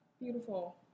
Beautiful